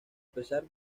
pesar